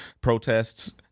protests